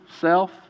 self